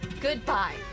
Goodbye